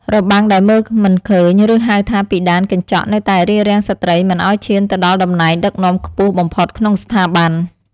របាំងដែលមើលមិនឃើញឬហៅថាពិដានកញ្ចក់នៅតែរារាំងស្ត្រីមិនឱ្យឈានទៅដល់តំណែងដឹកនាំខ្ពស់បំផុតក្នុងស្ថាប័ន។